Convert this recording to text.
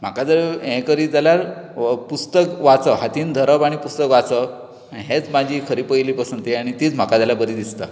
म्हाका जर हे करित जाल्यार हो पुस्तक वाचप हातीन धरप आनी पुस्तक वाचप हेच म्हजी खरी पयली पसंदी आनी तीच म्हाका जाल्यार खरी बरी दिसता